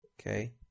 Okay